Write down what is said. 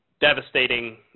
devastating